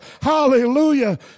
Hallelujah